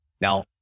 Now